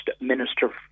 minister